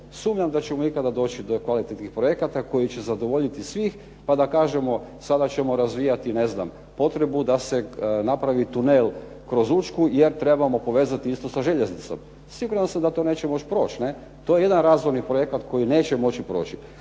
sumnjam da ćemo ikada doći do kvalitetnih projekata koji će zadovoljiti svih, pa da kažemo sada ćemo razvijati ne znam potrebu da se napravi tunel kroz Učku, jer trebamo povezati istu sa željeznicom. Siguran sam da to neće moći proći. To je jedan razvojni projekat koji neće moći proći.